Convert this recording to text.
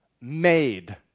made